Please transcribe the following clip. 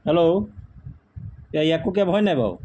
hello য়াকু কেব হয় নাই বাৰু